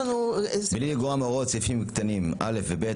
"בלי לגרוע מהוראות סעיפים קטנים (א) ו-(ב),